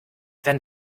wenn